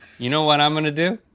you know what i'm gonna do?